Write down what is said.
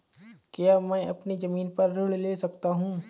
क्या मैं अपनी ज़मीन पर ऋण ले सकता हूँ?